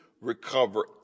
recover